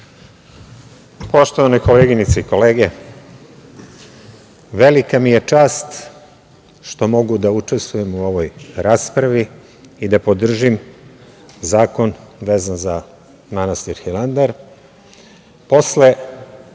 Poštovane koleginice i kolege, velika mi je čast što mogu da učestvujem u ovoj raspravi i da podržim zakon vezan za manastir Hilandar.